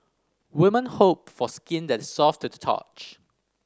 women hope for skin that is soft to the touch